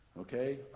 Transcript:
Okay